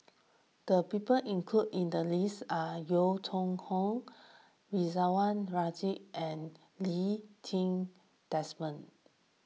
the people included in the list are Yeo Hoe Koon Ridzwan Dzafir and Lee Ti Seng Desmond